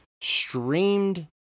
streamed